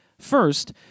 First